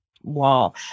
wall